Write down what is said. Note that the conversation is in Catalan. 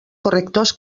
correctors